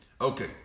Okay